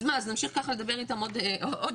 אז נמשיך ככה לדבר איתם עוד שעה?